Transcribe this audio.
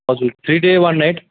हजुर three day one night